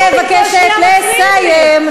מבקשת לסיים.